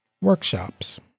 workshops